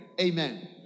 Amen